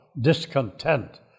discontent